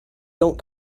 don’t